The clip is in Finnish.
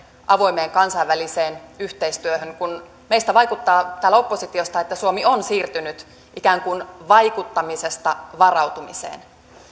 avoimeen kansainväliseen yhteistyöhön kun meistä vaikuttaa täältä oppositiosta että suomi on siirtynyt ikään kuin vaikuttamisesta varautumiseen